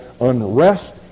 unrest